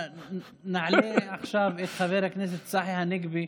נעלה עכשיו את חבר הכנסת צחי הנגבי.